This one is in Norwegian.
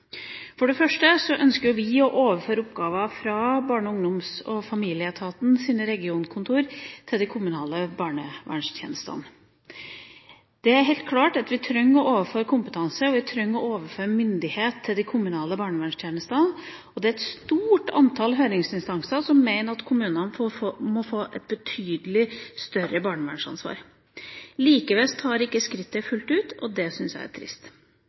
For det første ønsker vi å overføre oppgaver fra Barne-, ungdoms- og familieetatens regionskontor til de kommunale barnevernstjenestene. Det er helt klart at vi trenger å overføre kompetanse og myndighet til de kommunale barnevernstjenestene. Det er et stort antall høringsinstanser som mener at kommunene må få et betydelig større barnevernsansvar. Likevel tar en ikke skrittet fullt ut, og det syns jeg er trist.